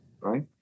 right